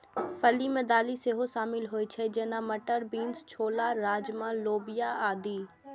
फली मे दालि सेहो शामिल होइ छै, जेना, मटर, बीन्स, छोला, राजमा, लोबिया आदि